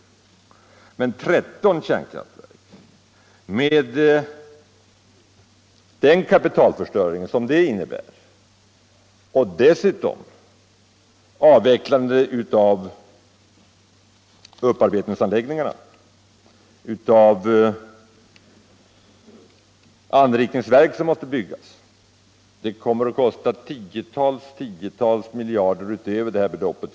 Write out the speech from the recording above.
Men en avveckling av 13 kärnkraftverk med den kapitalförstöring som det innebär och dessutom nedläggning av upparbetningsanläggningar och anrikningsverk skulle kosta tiotals och åter tiotals miljarder utöver det nämnda beloppet.